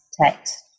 text